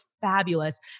fabulous